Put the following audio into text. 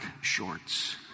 shorts